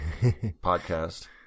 podcast